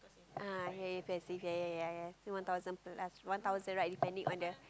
ah hey passive ya ya ya ya only one thousand plus one thousand right depending on the